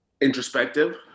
introspective